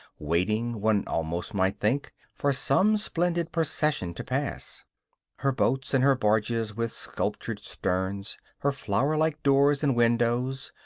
waiting, one almost might think, for some splendid procession to pass her boats and her barges with sculptured sterns, her flower-like doors and windows,